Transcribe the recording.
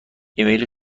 ایمیل